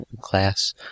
class